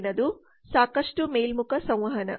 ಮುಂದಿನದು ಸಾಕಷ್ಟು ಮೇಲ್ಮುಖ ಸಂವಹನ